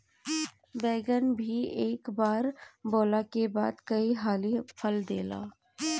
बैगन भी एक बार बोअला के बाद कई हाली फल देला